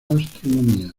astronomía